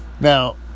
Now